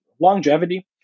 longevity